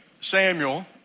Samuel